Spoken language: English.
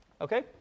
Okay